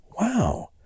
Wow